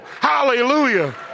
Hallelujah